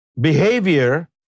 behavior